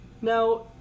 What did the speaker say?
Now